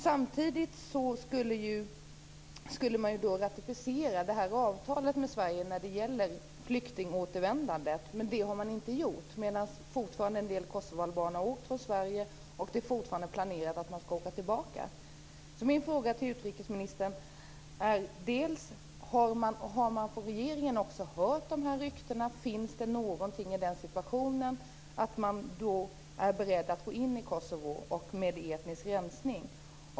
Samtidigt skulle man ratificera avtalet med Sverige när det gäller flyktingåtervändandet, men det har man inte gjort. En del kosovoalbaner har åkt från Sverige och det är fortfarande planerat att man skall åka tillbaka. Min fråga till utrikesministern är: Har man från regeringen hört de här ryktena? Ligger det något i att man är beredd att gå in i Kosovo med etnisk rensning?